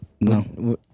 No